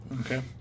Okay